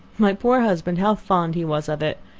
my poor husband! how fond he was of it!